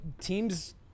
teams